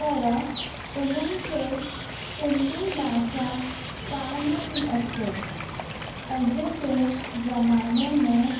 पर उन्हनि खे सिंधी भाषा कोन्ह थी अचे अॼु जे ज़माने में